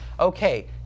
Okay